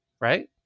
right